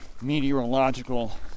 meteorological